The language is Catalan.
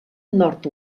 nord